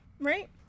right